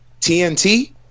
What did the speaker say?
TNT